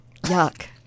Yuck